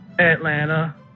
Atlanta